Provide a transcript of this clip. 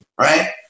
right